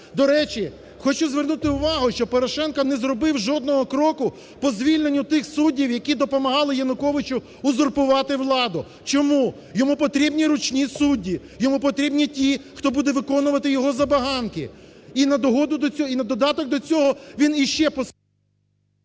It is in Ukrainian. До речі, хочу звернути увагу, що Порошенко не зробив жодного кроку по звільненню тих суддів, які допомагали Януковичу узурпувати владу. Чому? Йому потрібні ручні судді, йому потрібні ті, хто буде виконувати його забаганки і на додаток до цього він іще…